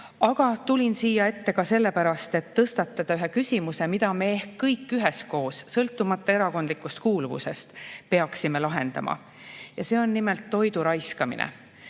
tulin siia ette ka selle pärast, et tõstatada ühe küsimuse, mida me ehk kõik üheskoos, sõltumata erakondlikust kuuluvusest, peaksime lahendama. See on nimelt toidu raiskamine.